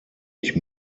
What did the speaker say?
ich